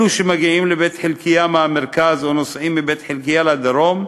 אלו שמגיעים לבית-חלקיה מהמרכז או נוסעים מבית-חלקיה לדרום,